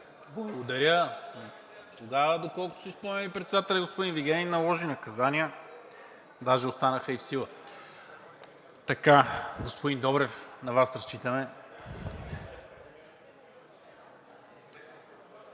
Благодаря. Тогава, доколкото си спомням, председателят господин Вигенин наложи наказания, даже останаха и в сила. Господин Добрев, на Вас разчитаме.